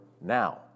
now